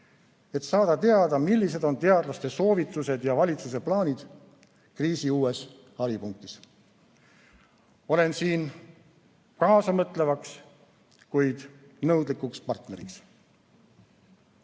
et saada teada, millised on teadlaste soovitused ja valitsuse plaanid kriisi uues haripunktis. Olen siin kaasamõtlevaks, kuid nõudlikuks partneriks.